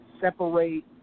separate